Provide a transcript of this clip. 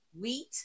wheat